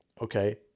okay